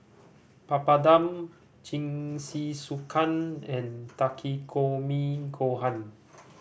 Papadum Jingisukan and Takikomi Gohan